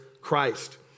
Christ